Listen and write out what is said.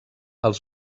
els